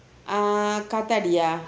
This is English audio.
ah காத்தாடி:katthadi ah